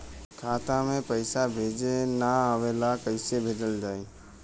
खाता में पईसा भेजे ना आवेला कईसे भेजल जाई?